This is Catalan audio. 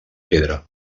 pedra